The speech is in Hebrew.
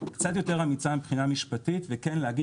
קצת יותר אמיצה מבחינה משפטית וכן להגיד